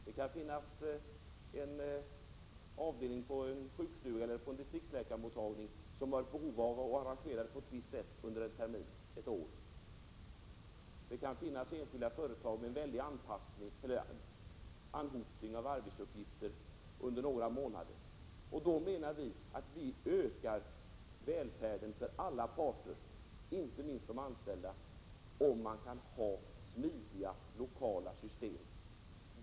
Det kan finnas en avdelning på en sjukstuga eller en distriktsläkarmottagning, som har behov av att bedriva verksamheten på ett visst sätt under ett år. Det kan finnas enskilda företag med anhopning av arbetsuppgifter under några månader. Vi anser att möjligheterna till välfärd ökar för alla parter, inte minst för de anställda, med smidiga lokala system.